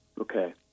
Okay